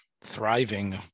thriving